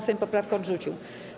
Sejm poprawkę odrzucił.